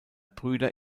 brüder